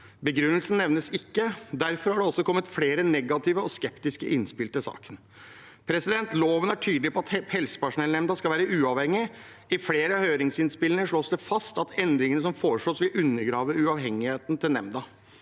Begrunnelsen nevnes ikke. Derfor har det kommet flere negative og skeptiske innspill til saken. Loven er tydelig på at helsepersonellnemnda skal være uavhengig. I flere av høringsinnspillene slås det fast at endringene som foreslås, vil undergrave uavhengigheten til nemnda.